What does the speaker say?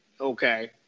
okay